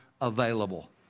available